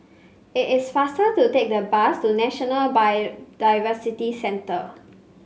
it is faster to take the bus to National Biodiversity Centre